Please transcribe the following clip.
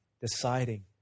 deciding